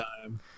time